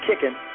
kicking